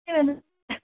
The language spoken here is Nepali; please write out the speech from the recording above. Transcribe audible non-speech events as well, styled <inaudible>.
<unintelligible>